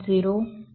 05 છે